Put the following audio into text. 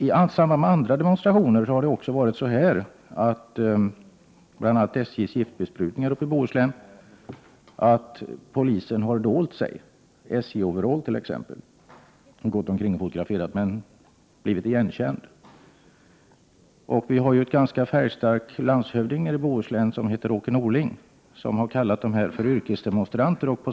I samband med andra demonstrationer, bl.a. vid SJ:s giftbesprutningar i Bohuslän, har det hänt att poliserna har dolt sig, t.ex. i SJ-overaller, och gått omkring och fotograferat men blivit igenkända. Vi har en ganska färgstark landshövding nere i Bohuslän som heter Åke Norling. Han har kallat dessa människor för yrkesdemonstranter.